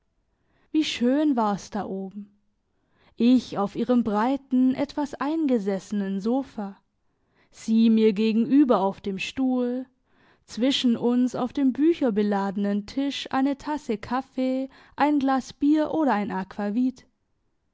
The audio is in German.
wie schön war's da oben ich auf ihrem breiten etwas eingesessenen sofa sie mir gegenüber auf dem stuhl zwischen uns auf dem bücherbeladenen tisch eine tasse kaffee ein glas bier oder ein